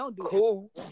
cool